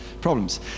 problems